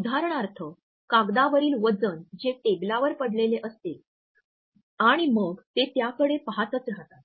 उदाहरणार्थ कागदावरील वजन जे टेबलावर पडलेले असते आणि मग ते त्याकडे पहातच राहतात